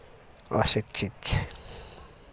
अशिक्षित छै